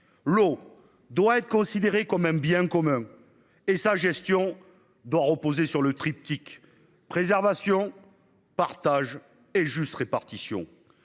L'eau doit être considérée comme un bien commun et sa gestion doit reposer sur le triptyque préservation. Partage et juste répartition